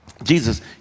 Jesus